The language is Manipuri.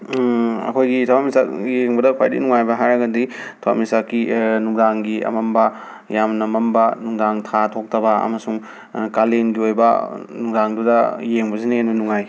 ꯑꯩꯈꯣꯏꯒꯤ ꯊꯋꯥꯟꯃꯤꯆꯥꯛ ꯌꯦꯡꯕꯗ ꯈ꯭ꯋꯥꯏꯗꯒꯤ ꯅꯨꯡꯉꯥꯏꯕ ꯍꯥꯏꯔꯒꯗꯤ ꯊꯋꯥꯟꯃꯤꯆꯥꯛꯀꯤ ꯅꯨꯡꯗꯥꯡꯒꯤ ꯑꯃꯝꯕ ꯌꯥꯝꯅ ꯃꯝꯕ ꯅꯨꯡꯗꯥꯡ ꯊꯥ ꯊꯣꯛꯇꯕ ꯑꯃꯁꯨꯡ ꯀꯥꯂꯦꯟꯒꯤ ꯑꯣꯏꯕ ꯅꯨꯡꯗꯥꯡꯗꯨꯗ ꯌꯦꯡꯕꯁꯤꯅ ꯍꯦꯟꯅ ꯅꯨꯡꯉꯥꯏ